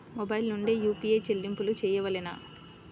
Mobile నుండే UPI చెల్లింపులు చేయవలెనా?